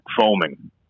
foaming